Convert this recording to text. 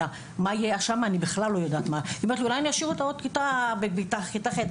והיא חושבת שאולי עדיך שהיא תשאיר אותה בכיתה ח'.